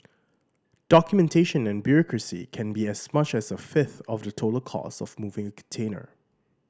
documentation and bureaucracy can be as much as a fifth of the total cost of moving container